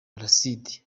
placide